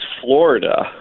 Florida